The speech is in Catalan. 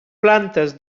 plantes